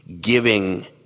giving